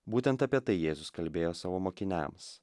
būtent apie tai jėzus kalbėjo savo mokiniams